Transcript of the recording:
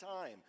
time